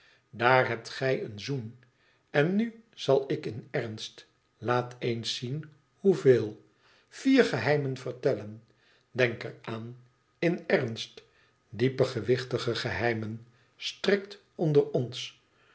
daar hebt gij een zoen en nu zal ik in ernst laat eens zien hoeveel vier geheimen vertellen denk er aan in ernst diepe gewichtige geheimen strikt onder ons